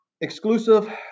Exclusive